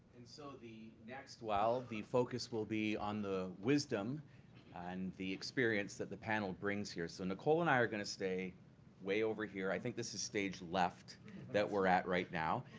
and so the next while, the focus will be on the wisdom and the experience that the panel brings here. so nicole and i are going to stay way over here. i think this is stage left that we're at right now,